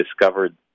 discovered